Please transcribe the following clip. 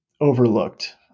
overlooked